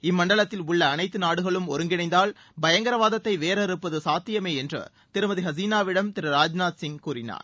இம்மண்டலத்தில் உள்ள அனைத்து நாடுகளும் ஒருங்கிணைந்தால் பயங்கரவாதத்தை வேரறப்பது சாத்தியமே என்று திருமதி ஹசீனாவிடம் திரு ராஜ்நாத் சிங் கூறினார்